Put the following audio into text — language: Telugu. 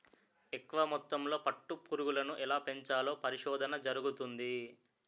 ఎక్కువ మొత్తంలో పట్టు పురుగులను ఎలా పెంచాలో పరిశోధన జరుగుతంది